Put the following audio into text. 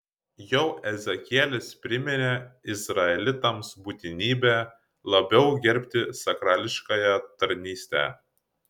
jau ezekielis priminė izraelitams būtinybę labiau gerbti sakrališkąją tarnystę